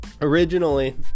Originally